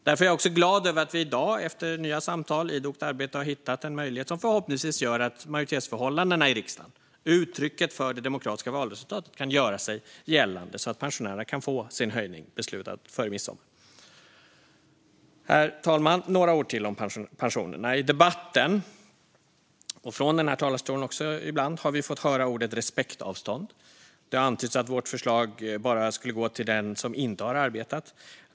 Därför är jag glad över att vi i dag, efter nya samtal och idogt arbete, har hittat en möjlighet som förhoppningsvis gör att majoritetsförhållandena i riksdagen, uttrycket för det demokratiska valresultatet, kan göra sig gällande så att pensionärerna kan få sin höjning beslutad före midsommar. Herr talman! Jag ska säga några ord till om pensionerna. I debatten och ibland från den här talarstolen har vi fått höra ordet respektavstånd. Det antyds att vårt förslag bara skulle gå till den som inte har arbetat.